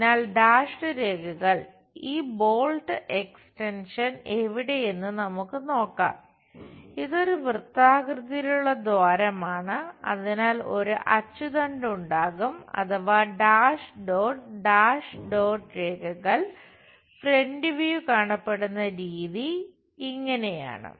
അതിനാൽ ഡാഷ്ഡ് കാണപ്പെടുന്ന രീതി ഇങ്ങനെയാണ്